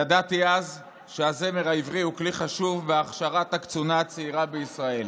ידעתי אז שהזמר העברי הוא כלי חשוב בהכשרת הקצונה הצעירה בישראל